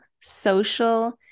social